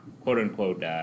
quote-unquote